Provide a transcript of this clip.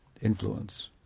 influence